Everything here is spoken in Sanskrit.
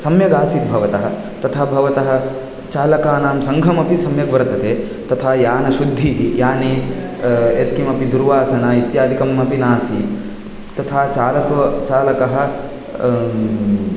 सम्यगासीत् भवतः तथा भवतः चालकानां सङ्घमपि सम्यग्वर्तते तथा यानशुद्धिः याने यत्किमपि दुर्वासना इत्यादिकम् अपि नासीत् तथा चालको चालकः